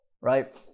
right